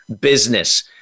business